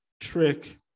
trick